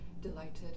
delighted